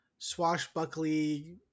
Swashbuckly